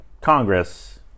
Congress